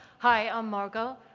hi, i'm margo.